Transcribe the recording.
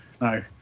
no